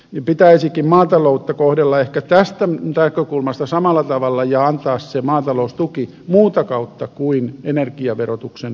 maataloutta pitäisikin ehkä kohdella tästä näkökulmasta samalla tavalla ja antaa se maataloustuki muuta kautta kuin energiaverotuksen helpotuksena